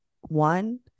one